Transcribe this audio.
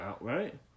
right